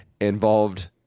Involved